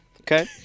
okay